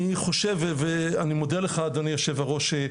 אני חושב ואני מודה לך אדוני יושב הראש,